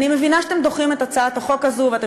אני מבינה שאתם דוחים את הצעת החוק הזאת ואתם